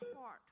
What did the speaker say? heart